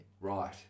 Right